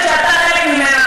אני מבינה.